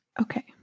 Okay